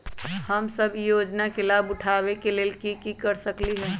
हम सब ई योजना के लाभ उठावे के लेल की कर सकलि ह?